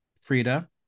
Frida